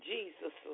Jesus